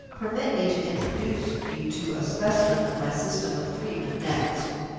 permit me to introduce you to a specimen of my system of treatment next.